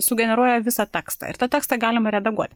sugeneruoja visą tekstą ir tą tekstą galima redaguot